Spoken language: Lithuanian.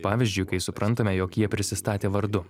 pavyzdžiui kai suprantame jog jie prisistatė vardu